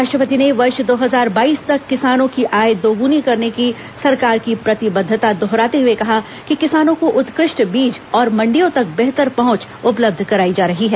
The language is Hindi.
राष्ट्रपति ने वर्ष दो हजार बाईस तक किसानों की आय दोगुनी करने की सरकार की प्रतिबद्वता दोहराते हुए कहा कि किसानों को उत्कृष्ट बीज और मंडियों तक बेहतर पहुंच उपलब्ध कराई जा रही है